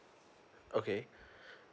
okay